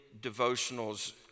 devotionals